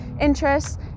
interests